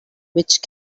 which